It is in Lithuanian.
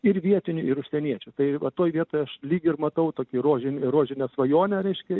ir vietinių ir užsieniečių tai va toj vietoj aš lyg ir matau tokį rožinį rožinę svajonę reiškia